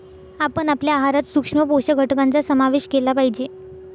आपण आपल्या आहारात सूक्ष्म पोषक घटकांचा समावेश केला पाहिजे